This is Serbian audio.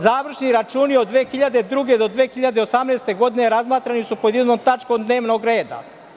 Završni računi od 2002. do 2028. godine su razmatrani pod jednom tačkom dnevnog reda.